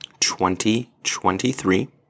2023